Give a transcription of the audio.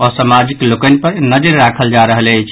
असामाजिक लोकनि पर नजरि राखल जा रहल अछि